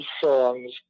songs